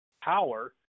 power